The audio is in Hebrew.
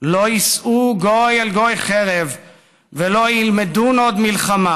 לא ישא גוי אל גוי חרב ולא ילמדו עוד מלחמה,